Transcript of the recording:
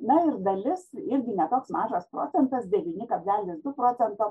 na dalis irgi ne toks mažas procentas devyni kablelis du procento